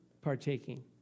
partaking